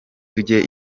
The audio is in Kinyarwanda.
tujye